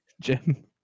Jim